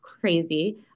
crazy